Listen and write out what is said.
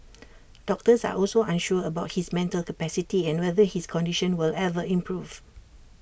doctors are also unsure about his mental capacity and whether his condition will ever improve